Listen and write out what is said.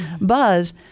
buzz